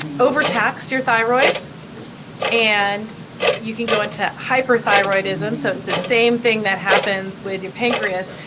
overtax your thyroid and you can go into hyperthyroidism so it's the same thing that happens with your pancreas,